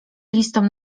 listom